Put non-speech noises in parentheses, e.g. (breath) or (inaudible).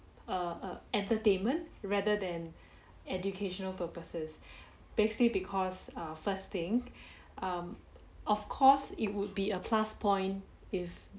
uh uh entertainment rather than educational purposes (breath) basically because err first thing (breath) um of course it would be a plus point if